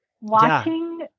watching